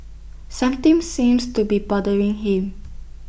something seems to be bothering him